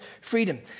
freedom